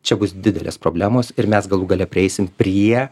čia bus didelės problemos ir mes galų gale prieisim prie